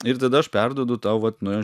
ir tada aš perduodu tau vat nuo jo